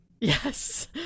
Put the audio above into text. Yes